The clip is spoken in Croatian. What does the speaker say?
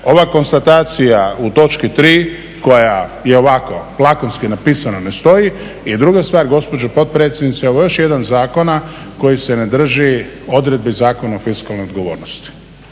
ova konstatacija u točki 3. koja je ovako lakonski napisana ne stoji. I druga stvar gospođo potpredsjednice, ovo je još jedan od zakona koji se ne drži odredbi Zakona o fiskalnoj odgovornosti